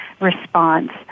response